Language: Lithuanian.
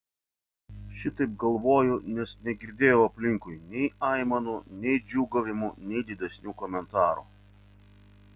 šitaip galvoju nes negirdėjau aplinkui nei aimanų nei džiūgavimų nei didesnių komentarų